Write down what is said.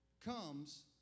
comes